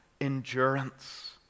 endurance